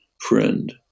friend